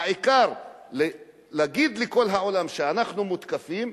העיקר להגיד לכל העולם: אנחנו מותקפים,